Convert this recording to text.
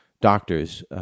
doctors